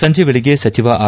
ಸಂಜೆ ವೇಳೆಗೆ ಸಚಿವ ಆರ್